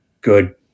good